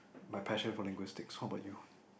my passion for linguistic how about you